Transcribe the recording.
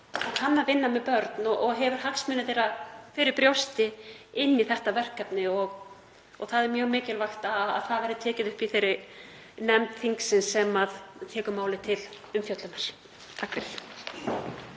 til, kunna að vinna með börn og hafa hagsmuni þeirra fyrir brjósti inn í þetta verkefni. Það er mjög mikilvægt að það verði tekið upp í þeirri nefnd þingsins sem fær málið til umfjöllunar. SPEECH_END